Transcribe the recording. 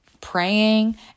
praying